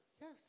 Yes